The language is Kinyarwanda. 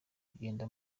kugenda